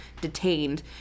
detained